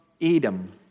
Edom